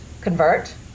convert